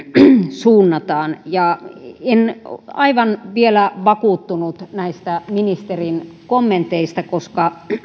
suunnataan en aivan vielä vakuuttunut näistä ministerin kommenteista koska